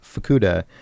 Fukuda